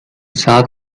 saat